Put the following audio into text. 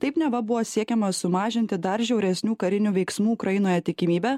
taip neva buvo siekiama sumažinti dar žiauresnių karinių veiksmų ukrainoje tikimybę